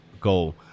goal